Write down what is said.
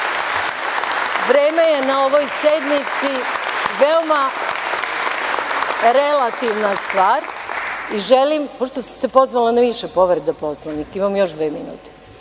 Vreme je na ovoj sednici veoma relativna stvar i želim pošto sam se pozvala na više povreda Poslovnika, imam još dve minute,